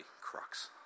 crux